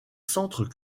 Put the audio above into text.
centres